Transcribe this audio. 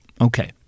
Okay